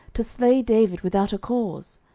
to slay david without a cause?